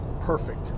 perfect